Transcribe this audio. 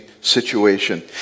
situation